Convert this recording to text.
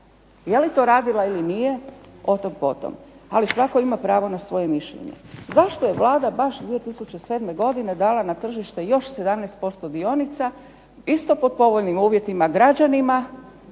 Jeli to radila ili nije? O tom po tom. Ali svako ima pravo na svoje mišljenje. Zašto je Vlada baš 2007. godine dala na tržištu još 17% dionica isto pod povoljnim uvjetima građanima.